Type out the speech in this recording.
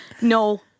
No